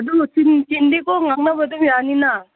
ꯑꯗꯨ ꯆꯤꯟꯗꯦꯀꯣ ꯉꯥꯡꯅꯕ ꯑꯗꯨꯝ ꯌꯥꯅꯤꯅ